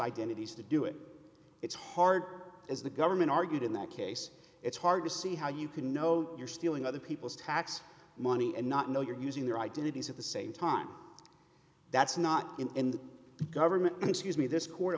identities to do it it's hard as the government argued in that case it's hard to see how you can know you're stealing other people's tax money and not know you're using their identities at the same time that's not in the government excuse me this